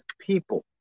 people